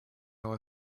how